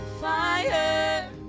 fire